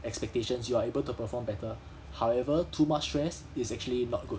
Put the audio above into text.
expectations you are able to perform better however too much stress is actually not good